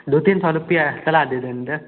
दो तीन सौ रुपया तला दे देंगे